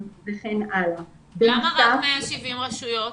למה רק 170 רשויות?